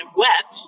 wet